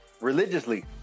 religiously